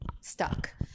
stuck